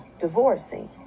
divorcing